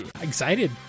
excited